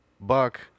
Buck